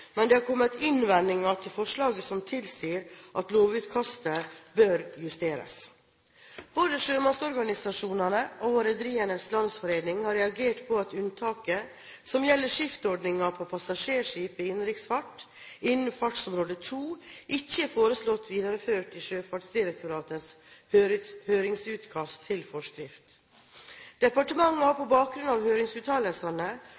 men det har kommet innvendinger til forslaget som tilsier at lovutkastet bør justeres. Både sjømannsorganisasjonene og Rederienes Landsforening har reagert på at unntaket som gjelder skiftordninger på passasjerskip i innenriks fart innenfor fartsområde 2, ikke er foreslått videreført i Sjøfartsdirektoratets høringsutkast til forskrift. Departementet har